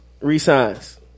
resigns